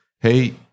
hey